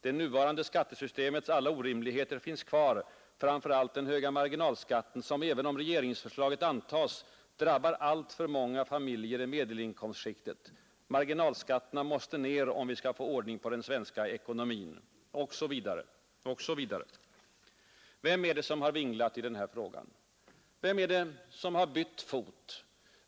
Det nuvarande skattesystemets alla orimligheter finns kvar, framför allt den höga marginalskatten som, även om regeringsförslaget antas, drabbar alltför många familjer i medelinkomstskiktet. Marginalskatterna måste ner, om vi skall få ordning på den svenska ekonomin, osv. Vem är det som har vinglat i den här frågan? Vem är det, om inte regeringen, som har bytt fot?